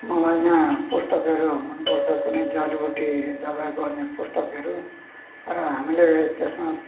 मलाई यहाँ पुस्तकहरू मन पर्छ कुनै जडीबुटी दबाई गर्ने पुस्तकहरू र हामीले त्यसमा